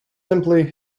simply